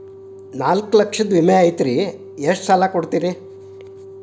ನಾಲ್ಕು ಲಕ್ಷದ ವಿಮೆ ಐತ್ರಿ ಎಷ್ಟ ಸಾಲ ಕೊಡ್ತೇರಿ?